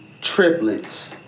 Triplets